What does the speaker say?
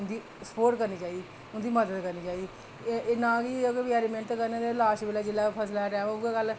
उं'दी सुपोर्ट करना चाहिदी उं'दी मदद करना चाहिदी एह् नांऽ दी गै बेचारे मैह्नत करन ते लॉस्ट बेल्लै जेल्लै फसले दा टैम होऐ ते उ'ऐ गल्ल